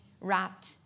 wrapped